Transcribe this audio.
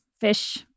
fish